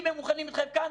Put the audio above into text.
אם הם מוכנים להתחייב כאן,